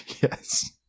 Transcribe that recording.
Yes